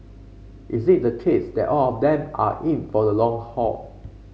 is it the case that all of them are in for the long haul